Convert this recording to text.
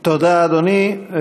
תודה, אדוני.